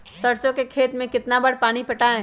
सरसों के खेत मे कितना बार पानी पटाये?